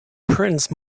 prince